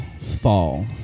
fall